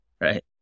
right